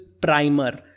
Primer